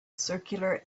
circular